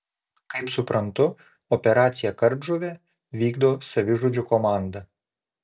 kaip suprantu operaciją kardžuvė vykdo savižudžių komanda